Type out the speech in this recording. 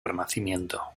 renacimiento